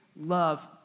love